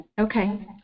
Okay